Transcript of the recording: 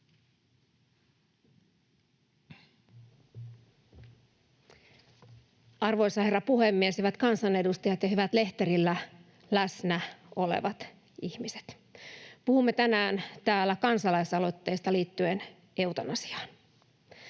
Arvoisa herra puhemies! Hyvät kansanedustajat ja hyvät lehterillä läsnä olevat ihmiset! Puhumme tänään täällä kansalaisaloitteesta liittyen eutanasiaan.